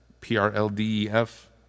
P-R-L-D-E-F